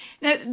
Now